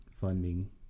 funding